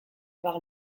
par